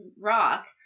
rock